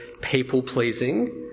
people-pleasing